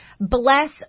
bless